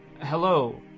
Hello